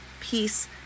peace